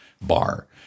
bar